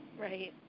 Right